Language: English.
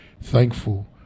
thankful